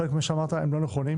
חלק מהדברים שאמרת הם לא נכונים.